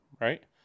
right